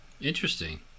interesting